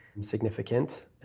significant